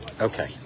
okay